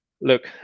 look